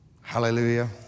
Hallelujah